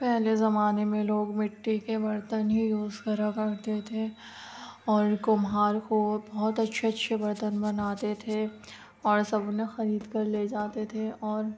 پہلے زمانے میں لوگ مٹی کے برتن ہی یوز کرا کرتے تھے اور کمہار کو بہت اچھے اچھے برتن بناتے تھے اور سب انہیں خرید کر لے جاتے تھے اور